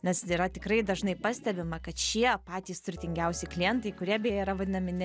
nes yra tikrai dažnai pastebima kad šie patys turtingiausi klientai kurie beje yra vadinami ne